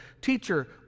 Teacher